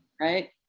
right